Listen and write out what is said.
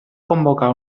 convocar